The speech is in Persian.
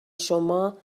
شما